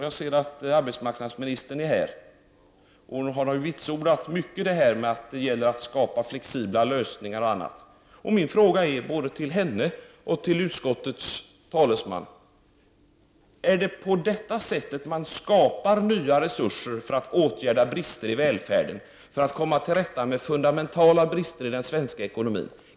Jag ser att arbetsmarknadsministern är här. Hon har starkt vitsordat att det gäller att skapa flexibla lösningar och annat. Min fråga både till henne och till utskottets talesman är: Är det på detta sätt som nya resurser skapas för att åtgärda brister i välfärden, för att komma till rätta med fundamentala brister i den svenska ekonomin?